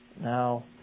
Now